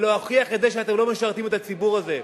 ולהוכיח את זה שאתם לא משרתים את הציבור הזה.